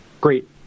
great